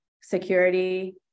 security